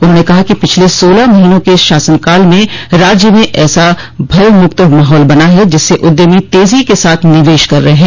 उन्होंने कहा कि पिछले सोलह महीने के शासनकाल में राज्य में ऐसा भयमुक्त माहौल बना है जिससे उद्यमी तेज़ी के साथ निवेश कर रहे हैं